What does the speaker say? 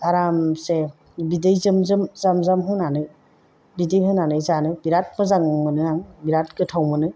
आरामसे बिदै जोम जोम जाम जाम होनानै बिदै होनानै जानो बिराद मोजां मोनो आं बिराद गोथाव मोनो